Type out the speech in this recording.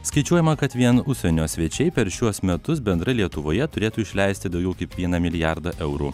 skaičiuojama kad vien užsienio svečiai per šiuos metus bendrai lietuvoje turėtų išleisti daugiau kaip vieną milijardą eurų